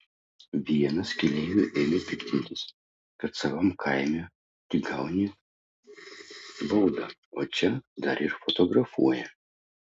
vienas keleivių ėmė piktintis kad savam kaime tik gauni baudą o čia dar ir fotografuoja